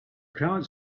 crowd